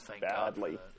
badly